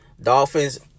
Dolphins